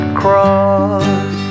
cross